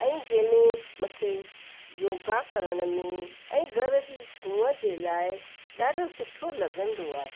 ऐं जंहिंमें मूंखे योगा करण में ऐं घर जी सूअं जे लाइ ॾाढो सुठो लॻंदो आहे